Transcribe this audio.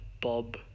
Bob